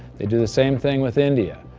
they do the same thing with india